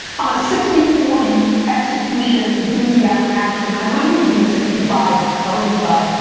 i'm a sixty forty execution, enthusiasm action, i might even be a sixty five thirty five.